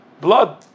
blood